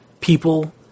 people